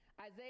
Isaiah